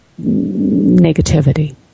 negativity